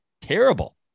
terrible